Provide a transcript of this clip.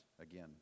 Again